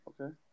Okay